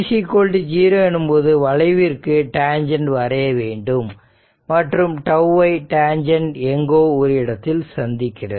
t0 எனும்போது வளைவிற்கு tangent வரைய வேண்டும் மற்றும் τ ஐ டான்ஜன்ட் எங்கோ ஒரு இடத்தில் சந்திக்கிறது